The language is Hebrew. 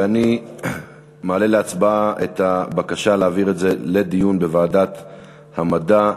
ואני מעלה להצבעה את הבקשה להעביר את זה לדיון בוועדת המדע.